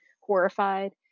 horrified